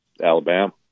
Alabama